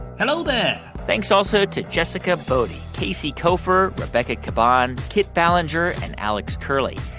hello there thanks also to jessica boddy, casey koeffer, rebecca caban, kit ballenger and alex curley.